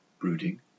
brooding